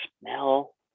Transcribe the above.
smell